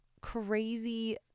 crazy